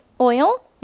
oil